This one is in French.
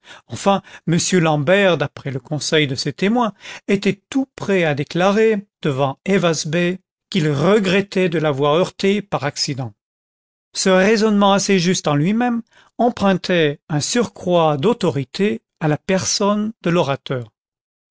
enfin m l'ambert d'après le conseil de ses témoins était tout prêt à déclarer devant ayvaz bey qu'il regrettait de l'avoir heurté par accident ce raisonnement assez juste en lui-même empruntait un surcroît d'autorité à la personne de l'orateur